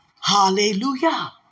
Hallelujah